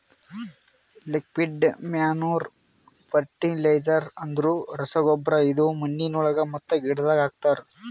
liquid manure fertilizer ಅಂದುರ್ ರಸಗೊಬ್ಬರ ಇದು ಮಣ್ಣಿನೊಳಗ ಮತ್ತ ಗಿಡದಾಗ್ ಹಾಕ್ತರ್